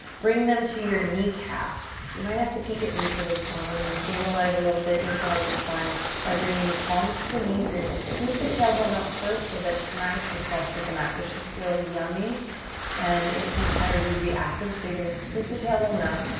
bring them to your kneecaps. you might have to peek at me for this one. we're gonna stabilize a little bit, neutralize the spine by bringing the palms to the knees. you're gonna scoop the tailbone up first so that it's nice and flush with the mat. this should feel yummy and it requires you to be active. so you're gonna scoop the tailbone up,